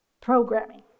programming